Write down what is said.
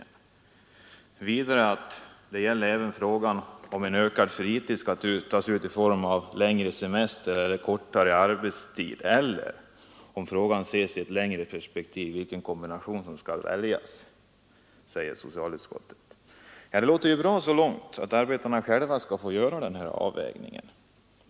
Utskottet säger vidare att detta gäller även frågan, om en ökad fritid skall tas ut i form av längre semester eller kortare arbetstid eller — om frågan ses i ett längre perspektiv — vilken kombination som skall väljas. Det låter ju bra att arbetarna själva får göra denna avvägning.